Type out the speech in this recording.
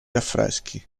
affreschi